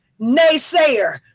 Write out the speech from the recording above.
naysayer